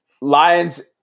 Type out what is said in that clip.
Lions